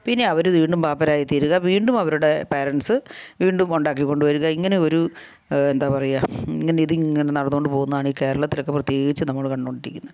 പിന്നെ അവർ വീണ്ടും പാപ്പരായി തീരുക വീണ്ടും അവരുടെ പേരൻറ്റ്സ് വീണ്ടും ഉണ്ടാക്കി കൊണ്ട് വരുക ഇങ്ങനെ ഒരു എന്താണ് പറയുക ഇങ്ങനെ ഇതിങ്ങനെ നടന്നുകൊണ്ട് പോകുന്നതാണ് ഈ കേരളത്തി ലൊക്കെ ഇങ്ങനെ പ്രത്യേകിച്ച് നമ്മൾ കണ്ടു കൊണ്ടിരിക്കുന്ന